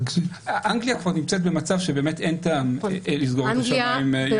אנגלייה נמצאת במצב שבאמת אין טעם לסגור את השמים.